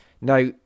Now